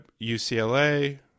UCLA